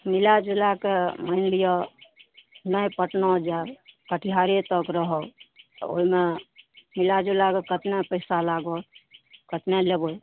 मिलाजुला कऽ मानि लिअ नहि पटना जायब कटिहारे तक रहब तऽ ओहिमे मिलाजुला कऽ कतना पैसा लागत कतना लेबै